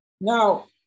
Now